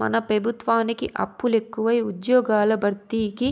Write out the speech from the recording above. మన పెబుత్వానికి అప్పులెకువై ఉజ్జ్యోగాల భర్తీకి